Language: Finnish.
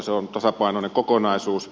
se on tasapainoinen kokonaisuus